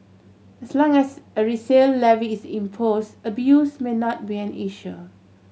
as long as a resale levy is impose abuse may not be an issue